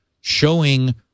showing